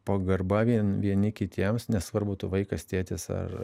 pagarba vien vieni kitiems nesvarbu tu vaikas tėtis ar